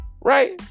Right